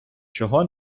чого